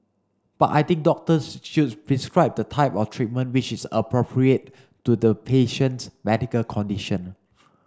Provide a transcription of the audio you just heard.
but I think doctors should prescribe the type of treatment which is appropriate to the patient's medical condition